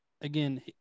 again